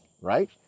right